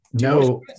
no